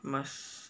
must